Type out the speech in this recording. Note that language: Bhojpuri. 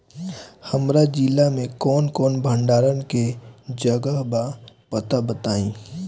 हमरा जिला मे कवन कवन भंडारन के जगहबा पता बताईं?